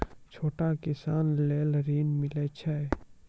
छोटा किसान लेल ॠन मिलय छै?